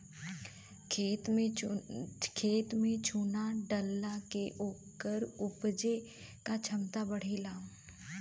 खेत में चुना डलला से ओकर उपराजे क क्षमता बढ़ेला